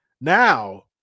now